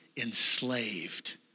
enslaved